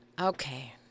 Okay